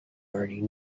already